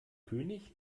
könig